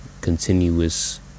continuous